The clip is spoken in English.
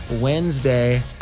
Wednesday